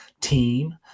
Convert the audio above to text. team